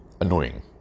annoying